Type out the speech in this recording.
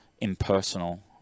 impersonal